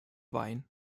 wein